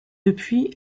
depuis